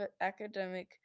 academic